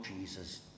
Jesus